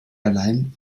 allein